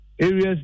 areas